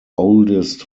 oldest